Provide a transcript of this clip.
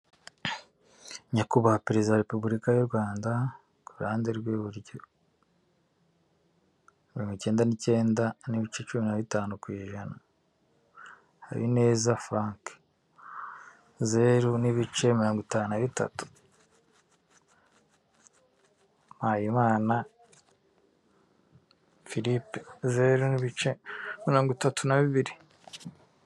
Nyakubahwa perezida wa repubulika y'u Rwanda ku ruhande rw'iburyo, Mirongo icyenda n'icyenda n'ibice cumi na bitanu ku ijana, Habineza Frank, zero n'ibice mirongo itanu na bitatu. Mpayimana philipe zero n'ibice mirongo itatu na bibiri.